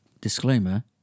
Disclaimer